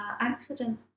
accident